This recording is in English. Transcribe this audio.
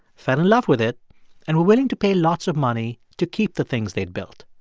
fell in love with it and were willing to pay lots of money to keep the things they'd built.